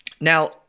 Now